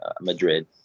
Madrid